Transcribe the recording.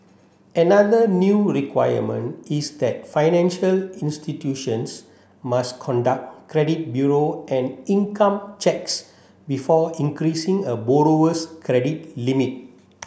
another new requirement is that financial institutions must conduct credit bureau and income checks before increasing a borrower's credit limit